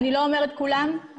אני לא אומרת כולם.